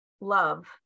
love